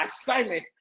assignment